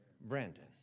Brandon